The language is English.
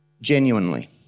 genuinely